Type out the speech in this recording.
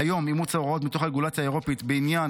כיום אימוץ הוראות מתוך הרגולציה האירופית בעניין